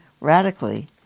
radically